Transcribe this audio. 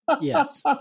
Yes